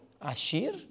Ashir